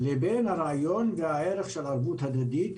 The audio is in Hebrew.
לבין הרעיון והערך של ערבות הדדית.